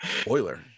Spoiler